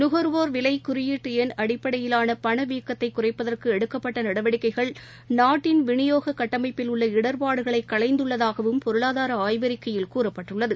ஙகர்வோர் விலைகுறியிட்டுஎண் அடிப்படையிலானபணவீக்கத்தைகுறைப்பதற்குஎடுக்கப்பட்டநடவடிக்கைகள் நாட்டின் விநியோககட்டமைப்பில் உள்ள இடர்பாடுகளைகளைந்துள்ளதாகவும் பொருளாதாரஆய்வறிக்கையில் கூறப்பட்டுள்ளது